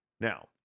Now